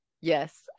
Yes